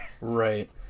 right